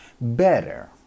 better